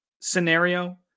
scenario